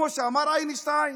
כמו שאמר איינשטיין?